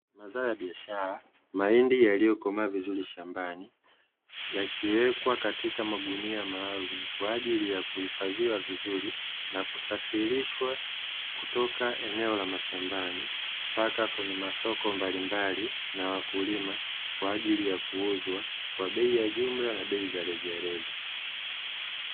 Mazao ya biashara mahindi yaliyokomaa vizuri shambani yakiwekwa katika magunia maalum, kwa ajili ya kuhifadhiwa vizuri na kusafirishwa kutoka maeneo ya mashambani mpaka kwenye masoko mbalimbali na wakulima, kwa ajili ya kuuzwa kwa bei ya jumla na rejareja.